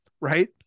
Right